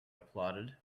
applauded